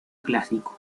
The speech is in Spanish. clásico